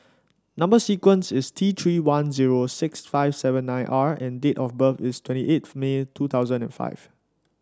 number sequence is T Three one zero six five seven nine R and date of birth is twenty eighth May two thousand and five